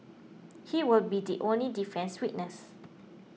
he will be the only defence witness